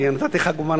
כי נתתי לך כמובן לדבר.